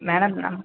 madam ന